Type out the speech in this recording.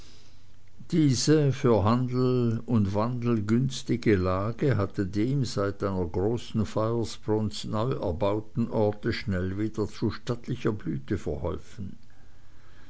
diese für handel und wandel günstige lage hatte dem seit einer großen feuersbrunst neu erbauten orte schnell wieder zu stattlicher blute geholfen